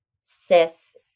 cis